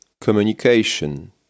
communication